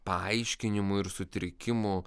paaiškinimų ir sutrikimų